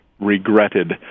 regretted